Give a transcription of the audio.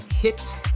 hit